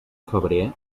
febrer